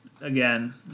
again